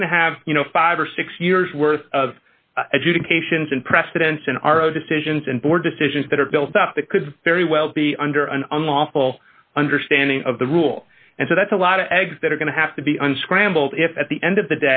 you're going to have you know five or six years worth of educations and precedents in our own decisions and board decisions that are built up that could very well be under an unlawful understanding of the rule and so that's a lot of eggs that are going to have to be unscrambled if at the end of the